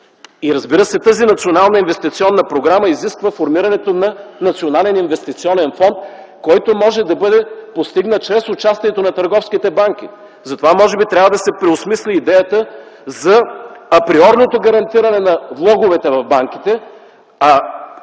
И, разбира се, тази национална инвестиционна програма изисква формирането на национален инвестиционен фонд, който може да бъде постигнат чрез участието на търговските банки. Затова може би трябва да се преосмисли идеята за априорното гарантиране на влоговете в банките,